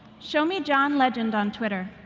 show me john legend on twitter.